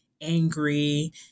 angry